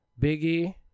Biggie